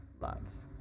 loves